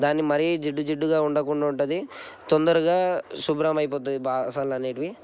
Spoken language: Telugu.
దాన్ని మరీ జిడి జిడ్డుగా ఉండకుండా ఉంటుంది తొందరగా శుభ్రమైపోతుంది బాసనలు అనేవి